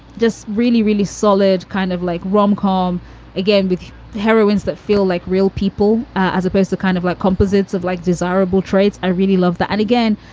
just really, really solid. kind of like rom com again with heroines that feel like real people as opposed to kind of like composites of like desirable traits. i really love that. and again,